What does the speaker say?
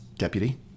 Deputy